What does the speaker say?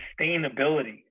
sustainability